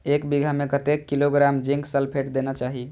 एक बिघा में कतेक किलोग्राम जिंक सल्फेट देना चाही?